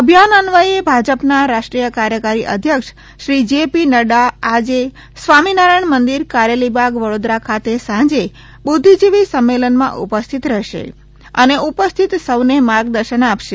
અભિયાન અન્વયે ભાજપાના રાષ્ટ્રીય કાર્યકારી અધ્યક્ષ શ્રી જે પી નડ્ડા આજે સ્વામિનારાયણ મંદિર કારેલીબાગ વડોદરા ખાતે સાંજે બુદ્ધિજીવી સંમેલનમાં ઉપસ્થિત રહેશે અને ઉપસ્થિત સૌને માર્ગદર્શન આપશે